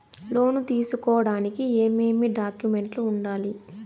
లోను తీసుకోడానికి ఏమేమి డాక్యుమెంట్లు ఉండాలి